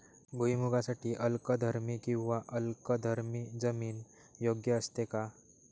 भुईमूगासाठी अल्कधर्मी किंवा आम्लधर्मी जमीन योग्य असते का?